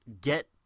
get